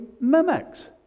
mimics